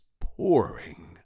pouring